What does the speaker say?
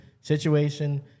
situation